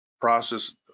process